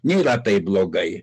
nėra taip blogai